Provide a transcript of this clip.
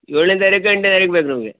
ಏಳಿಂದ ಎರಡು ಗಂಟೆವರೆಗೆ ಬೇಕು ನಮಗೆ